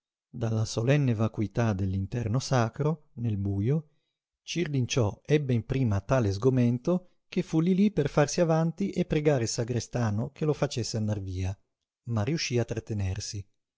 della solenne vacuità dell'interno sacro nel bujo cirlinciò ebbe in prima tale sgomento che fu lí lí per farsi avanti e pregare il sagrestano che lo facesse andar via ma riuscí a trattenersi